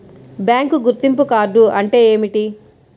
Bank గుర్తింపు card అంటే ఏమిటి?